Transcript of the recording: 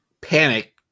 Panic